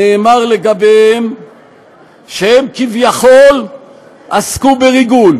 נאמר לגביהם שהם כביכול עסקו בריגול